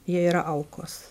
jie yra aukos